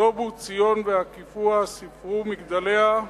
סבו ציון והקיפוה ספרו מגדליה,